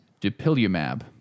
Dupilumab